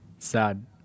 Sad